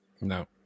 No